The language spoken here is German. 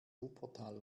wuppertal